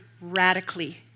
radically